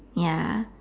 ya